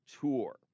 tour